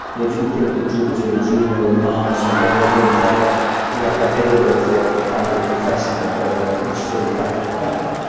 they didn't think that jupiter and juno and mars and the other roman gods were available for private confession or or were interested in private prayer.